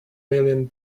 million